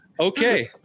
Okay